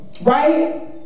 right